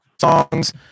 songs